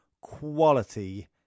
quality